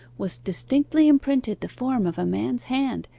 was distinctly imprinted the form of a man's hand,